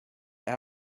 with